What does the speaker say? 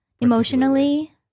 emotionally